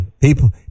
people